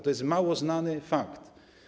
To jest mało znany fakt.